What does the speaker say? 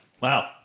Wow